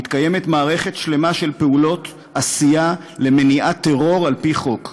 מתקיימת מערכת שלמה של פעולות עשייה למניעת טרור על-פי חוק.